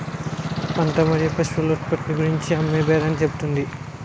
పంట మరియు పశువుల ఉత్పత్తిని గూర్చి అమ్మేబేరాన్ని చెబుతుంది